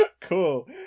Cool